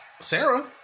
sarah